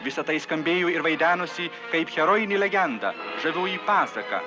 visa tai skambėjo ir vaidenosi kaip herojinė legenda žavioji pasaka